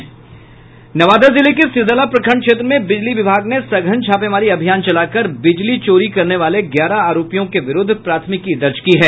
नवादा जिले के सिरदला प्रखंड क्षेत्र में बिजली विभाग ने सघन छापेमारी अभियान चलाकर बिजली चोरी करने वाले ग्यारह आरोपियों के विरूद्ध प्राथमिकी दर्ज की है